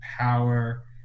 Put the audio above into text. power